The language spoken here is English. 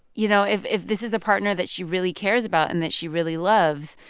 you know, if if this is a partner that she really cares about and that she really loves,